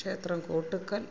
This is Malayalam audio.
ക്ഷേത്രം കോട്ടക്കൽ